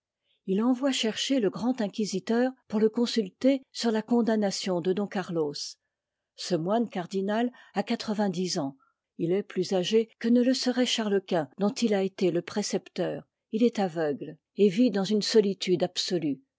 t envoie chercher le grand inquisiteur pour le consulter sur la condamnation de don carlos ce moine cardinal a quatre vingtdix ans il est plus âgé que ne le serait charlesquint dont il a été le précepteur il est aveugle et vit dans une solitude absolue